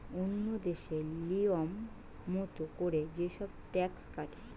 ওন্য দেশে লিয়ম মত কোরে যে সব ট্যাক্স কাটে